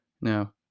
Now